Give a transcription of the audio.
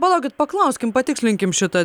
palaukit paklauskim patikslinkim šitą